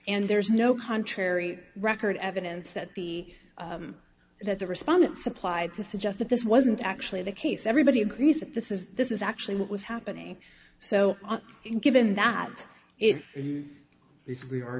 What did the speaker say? and there's no contrary record evidence that the that the respondent supplied to suggest that this wasn't actually the case everybody agrees that this is this is actually what was happening so given that i